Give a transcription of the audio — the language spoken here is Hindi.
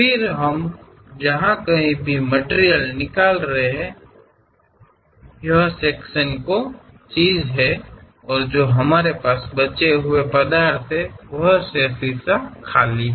फिर हम जहां कहीं भी मटिरियल निकाल रहे हैं यह सेक्शन को चीज है और जो हमारे पास बचे हुए पदार्थ हैं वह शेष हिस्सा खाली है